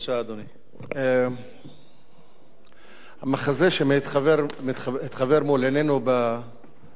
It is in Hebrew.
המחזה שהתחוור מול עינינו בימים האחרונים,